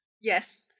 yes